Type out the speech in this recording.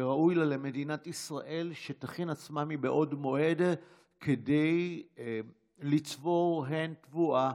וראוי לה למדינת ישראל שתכין עצמה מבעוד מועד כדי לצבור תבואה,